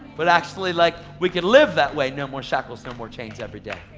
but actually like we can live that way, no more shackles, no more chains every day.